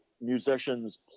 musicians